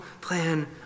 plan